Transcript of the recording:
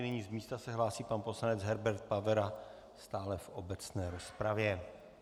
Nyní z místa se hlásí pan poslanec Herbert Pavera, stále v obecné rozpravě.